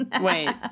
wait